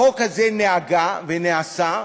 החוק הזה נהגה ונעשה,